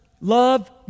love